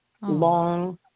long